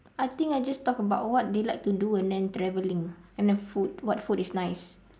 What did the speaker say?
I think I just talk about what they like to do and then traveling and the food what food is nice